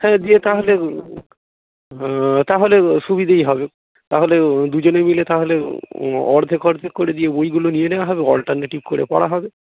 হ্যাঁ দে তাহলে তাহলে সুবিধেই হবে তাহলে দুজনে মিলে তাহলে অর্ধেক অর্ধেক করে দিয়ে বইগুলো নিয়ে নেওয়া হবে অল্টারনেটিভ করে পড়া হবে